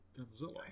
Godzilla